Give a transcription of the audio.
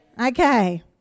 Okay